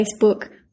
facebook